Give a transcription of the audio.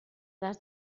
des